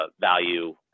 value